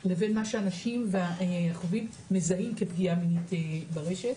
לבין מה שאנשים חווים ומזהים כפגיעה מינית ברשת,